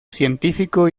científico